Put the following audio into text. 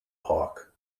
park